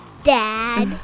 Dad